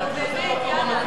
אני חושב שזה המקום המתאים.